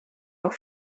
auch